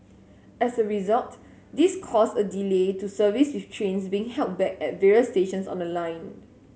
as a result this caused a delay to service with trains being held back at various stations on the line